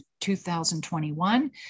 2021